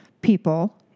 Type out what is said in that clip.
people